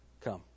Come